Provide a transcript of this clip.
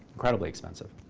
incredibly expensive.